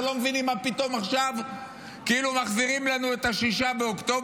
אנחנו לא מבינים מה פתאום עכשיו כאילו מחזירים לנו את 6 באוקטובר,